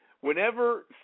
Whenever